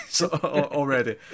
already